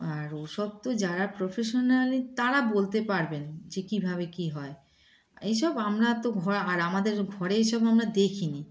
আর ওসব তো যারা প্রফেশনালি তারা বলতে পারবেন যে কীভাবে কী হয় এইসব আমরা তো ঘর আর আমাদের ঘরে এইসব আমরা দেখিনি